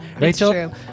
Rachel